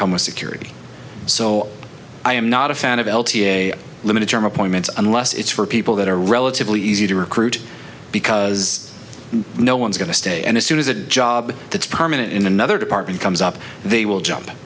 come with security so i am not a fan of l t a limited term appointments unless it's for people that are relatively easy to recruit because no one's going to stay and as soon as a job that's permanent in another department comes up they will j